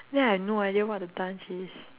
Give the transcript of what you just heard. then I've no idea what the dance is